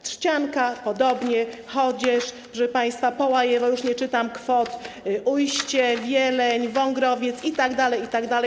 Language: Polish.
Trzcianka - podobnie, Chodzież, proszę państwa, Połajewo - już nie czytam kwot - Ujście, Wieleń, Wągrowiec itd., itd.